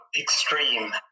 extreme